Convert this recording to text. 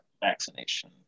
vaccination